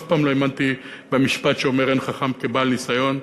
אף פעם לא האמנתי במשפט שאומר: אין חכם כבעל ניסיון.